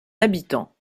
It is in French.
habitant